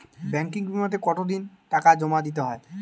Banking বিমাতে কত দিন টাকা জমা দিতে হয়?